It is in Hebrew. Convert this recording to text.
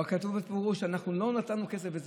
וכתוב בפירוש: אנחנו לא נתנו כסף וזהב.